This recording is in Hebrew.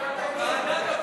ועדת הפנים,